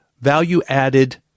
value-added